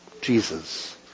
Jesus